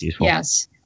Yes